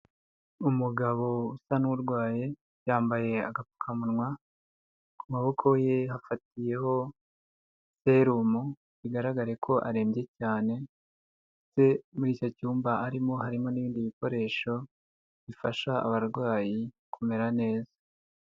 Umugabo usa n'urwaye yambaye agapfukamunwa ku maboko ye hafatiyeho serumu bigaragare ko arembye cyane ndetse muri icyo cyumba arimo harimo n'ibindi bikoresho bifasha abarwayi kumera neza.